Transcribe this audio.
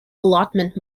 allotment